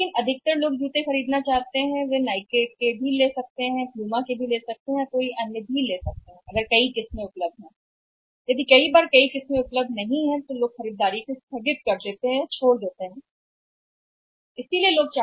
लेकिन बड़े पैमाने पर लोग जूते खरीदना चाहते हैं वे नाइके खरीद सकते हैं वे प्यूमा भी खरीद सकते हैं वे भी कर सकते हैं किसी भी अन्य जूते भी खरीदें लेकिन यदि उपलब्ध किस्मों को लोग पसंद करते हैं और यदि विविधता नहीं है कुछ समय बाद लोग बिक्री छोड़ सकते हैं या शायद हम बिक्री को स्थगित कर दें